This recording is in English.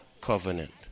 covenant